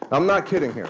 i'm not kidding you